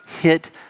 hit